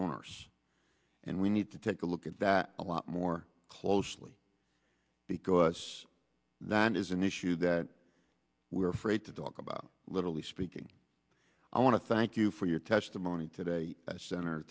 ours and we need to take a look at that a lot more closely because that is an issue that we are afraid to talk about literally speaking i want to thank you for your testimony today at cent